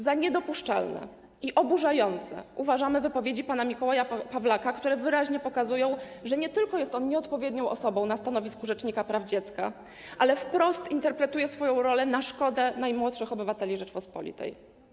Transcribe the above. Za niedopuszczalne i oburzające uważamy wypowiedzi pana Mikołaja Pawlaka, które wyraźnie pokazują, że nie tylko jest on nieodpowiednią osobą na stanowisku rzecznika praw dziecka, ale wprost interpretuje swoją rolę na szkodę najmłodszych obywateli Rzeczpospolitej.